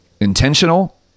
intentional